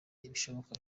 ibishoboka